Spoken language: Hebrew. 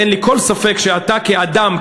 אין לי כל ספק שאתה כאדם,